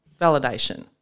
validation